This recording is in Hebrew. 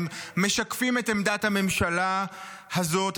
הם משקפים את עמדת הממשלה הזאת,